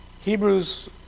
Hebrews